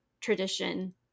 tradition